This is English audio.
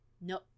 no